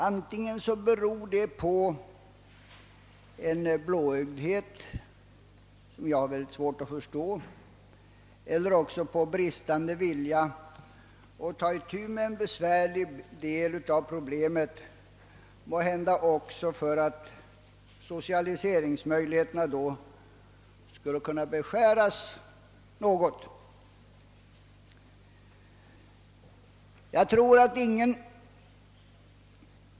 Det beror antingen på blåögdhet — jag har mycket svårt att förstå att man kan vara så blåögd — eller också på bristande vilja att ta itu med ett besvärligt problem, måhända förvisso 'därför att socialise ringsmöjligheterna då skulle beskäras något.